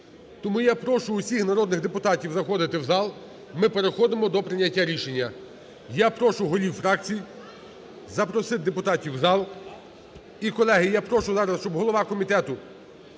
Тому я прошу всіх народних депутатів заходити в зал ми переходимо до прийняття рішення. Я прошу голів фракцій запросити депутатів у зал і, колеги, я прошу зараз, щоб голова комітету…